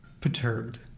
perturbed